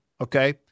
okay